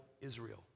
Israel